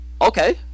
Okay